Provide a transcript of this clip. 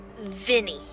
Vinny